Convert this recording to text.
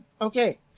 okay